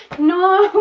no,